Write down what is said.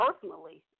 personally